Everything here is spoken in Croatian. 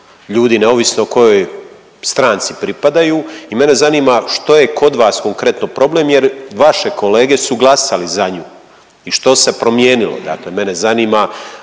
ljudi neovisno kojoj stranci pripadaju i mene zanima, što je kod vas konkretno problem jer vaše kolege su glasali za nju i što se promijenilo, dakle mene zanima